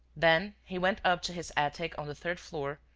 then he went up to his attic on the third floor,